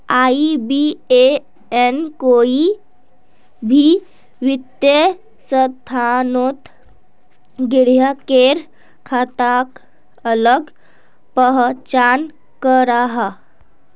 IBAN कोई भी वित्तिय संस्थानोत ग्राह्केर खाताक अलग पहचान कराहा